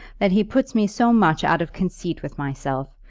that he puts me so much out of conceit with myself.